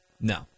No